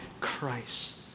Christ